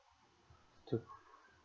to